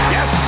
Yes